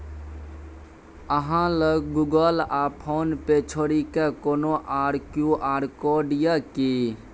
अहाँ लग गुगल आ फोन पे छोड़िकए कोनो आर क्यू.आर कोड यै कि?